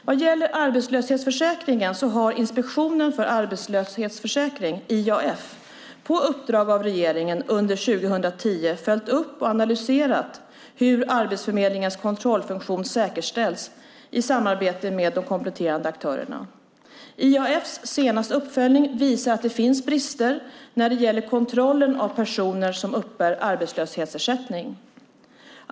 Vad gäller arbetslöshetsförsäkringen har Inspektionen för arbetslöshetsförsäkringen på uppdrag av regeringen under 2010 följt upp och analyserat hur Arbetsförmedlingens kontrollfunktion säkerställs i samarbetet med de kompletterande aktörerna. IAF:s senaste uppföljning visar att det finns brister när det gäller kontrollen av personer som uppbär arbetslöshetsersättning.